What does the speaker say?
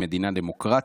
מדינה דמוקרטית,